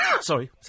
Sorry